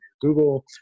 Google